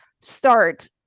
start